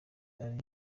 ari